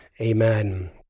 Amen